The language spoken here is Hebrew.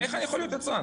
איך אני יכול להיות יצרן?